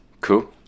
Cool